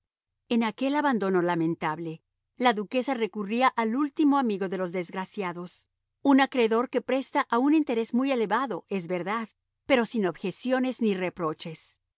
en aquel abandono lamentable la duquesa recurría al último amigo de los desgraciados un acreedor que presta a un interés muy elevado es verdad pero sin objeciones ni reproches